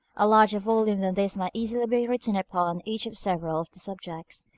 a larger volume than this might easily be written upon each of several of the subjects